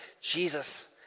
Jesus